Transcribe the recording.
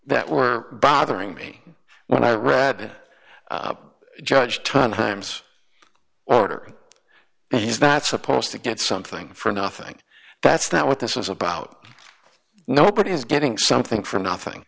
that were bothering me when i read it judge ton of times order he's not supposed to get something for nothing that's not what this is about nobody is getting something for nothing